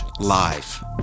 live